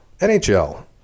NHL